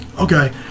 Okay